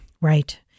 right